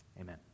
Amen